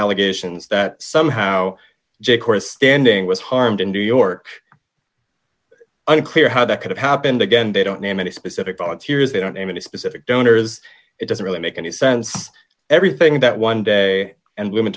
allegations that somehow jake or standing was harmed in new york unclear how that could have happened again they don't name any specific volunteers they don't name any specific donors it doesn't really make any sense everything that one day and women